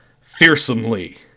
fearsomely